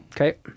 Okay